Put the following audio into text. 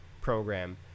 program